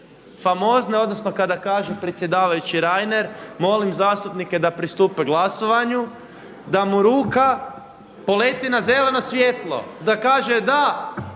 famozne, odnosno kada kaže predsjedavajući Reiner molim zastupnike da pristupe glasovanju da mu ruka poleti na zeleno svjetlo, da kaže da,